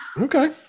Okay